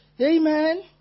Amen